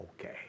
okay